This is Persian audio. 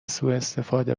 سواستفاده